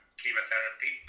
chemotherapy